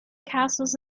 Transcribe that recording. castles